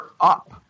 up